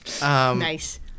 Nice